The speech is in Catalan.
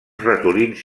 ratolins